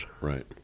Right